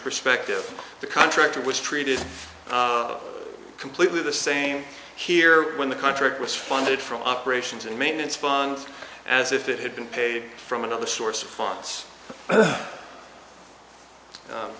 perspective the contractor was treated completely the same here when the contract was funded for operations and maintenance function as if it had been paid from another source of funds